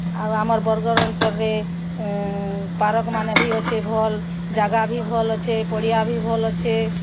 ଆଉ ଆମର ବରଗଡ଼ ଅଞ୍ଚଲରେ ତାରକମାନେ ଭି ଅଛେ ଭଲ୍ ଜାଗା ବି ଭଲ୍ ଅଛେ ପଡ଼ିଆ ବି ଭଲ୍ ଅଛେ